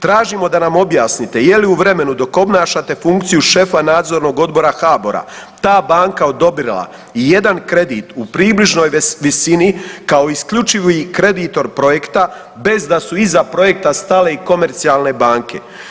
Tražimo da nam objasnite je li u vremenu dok obnašate funkciju šefa nadzornog odbora HBOR-a ta banka odobrila ijedan kredit u približnoj visini kao isključivi kreditor projekta bez da su iza projekta stale i komercionalne banke?